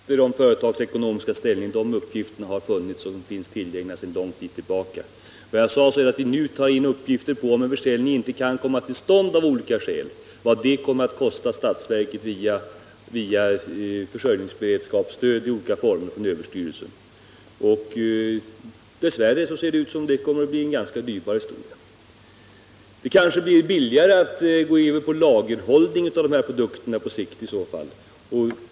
Herr talman! Jag behöver inte skaffa mig några uppgifter om företagets ekonomiska ställning, eftersom uppgifterna funnits tillgängliga sedan lång tid tillbaka. Jag sade att vi nu tar in uppgifter för den händelse en försäljning av olika skäl inte kan komma till stånd. Vi undersöker vad detta skulle kosta statsverket i form av försörjningsberedskapsstöd i olika former från överstyrelsen. Dess värre ser det ut som om det kommer att bli en ganska dyrbar historia. Det blir kanske i så fall billigare på sikt att gå över till lagerhållning av dessa produkter.